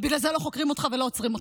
ובגלל זה לא חוקרים אותך ולא עוצרים אותך.